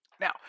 Now